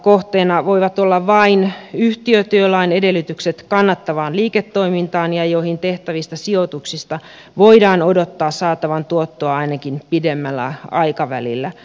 kohteena voivat olla vain yhtiöt joilla on edellytykset kannattavaan liiketoimintaan ja joihin tehtävistä sijoituksista voidaan odottaa saatavan tuottoa ainakin pidemmällä aikavälillä